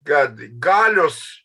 kad galios